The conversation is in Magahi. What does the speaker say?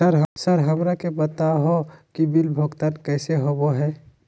सर हमरा के बता हो कि बिल भुगतान कैसे होबो है?